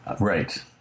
right